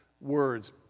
words